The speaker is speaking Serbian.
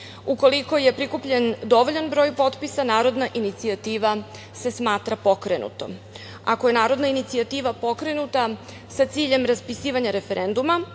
spiskom. Ukoliko je prikupljen dovoljan broj potpisa narodna inicijativa se smatra pokrenutom. Ako je narodna inicijativa pokrenuta sa ciljem raspisivanja referenduma,